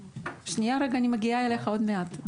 דוד קורן, אני מגיעה אליך עוד מעט.